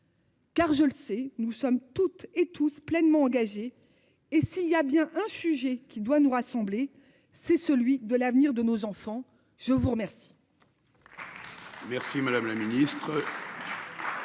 Car je le sais. Nous sommes toutes et tous pleinement engagés et s'il y a bien un sujet qui doit nous rassembler, c'est celui de l'avenir de nos enfants, je vous remercie.